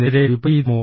നേരെ വിപരീതമോ